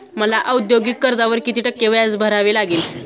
मला औद्योगिक कर्जावर किती टक्के व्याज भरावे लागेल?